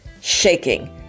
shaking